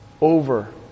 over